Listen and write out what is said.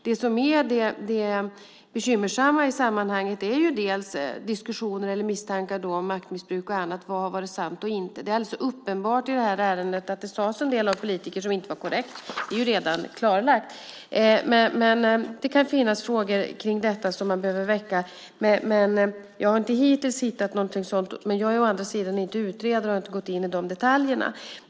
Det bekymmersamma i sammanhanget är diskussioner eller misstankar om maktmissbruk och annat. Vad har varit sant och inte? Det är alldeles uppenbart i det här ärendet att det sades en del av politiker som inte var korrekt. Det är redan klarlagt. Det kan finnas frågor kring detta som man behöver väcka. Jag har hittills inte hittat någonting sådant. Men jag är å andra sidan inte utredare och har inte gått in i de detaljerna.